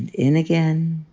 and in again